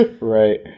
right